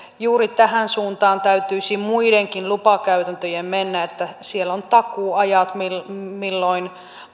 juuri tähän suuntaan täytyisi muidenkin lupakäytäntöjen mennä että siellä on takuuajat milloin milloin